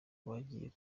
bagiye